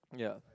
yeah